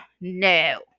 No